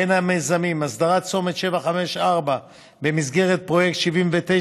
בין המיזמים: הסדרת צומת 754 במסגרת פרויקט 79,